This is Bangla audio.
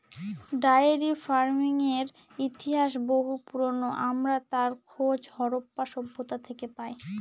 ডায়েরি ফার্মিংয়ের ইতিহাস বহু পুরোনো, আমরা তার খোঁজ হরপ্পা সভ্যতা থেকে পাই